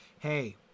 Hey